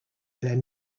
then